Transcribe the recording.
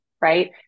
right